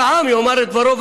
והעם יאמר את דברו,